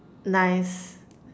nice